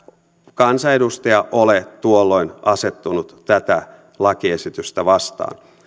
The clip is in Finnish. kansanedustaja ole tuolloin asettunut tätä lakiesitystä vastaan